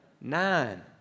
Nine